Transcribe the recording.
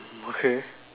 mm okay